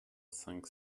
cinq